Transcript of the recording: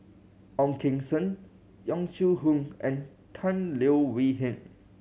Ong Keng Sen Yong Shu Hoong and Tan Leo Wee Hin